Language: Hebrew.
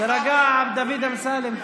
תירגע, דוד אמסלם.